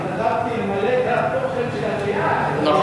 התנדבתי למלא את, נכון,